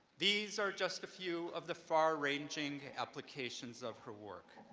these are just a few of the far-ranging applications of her work.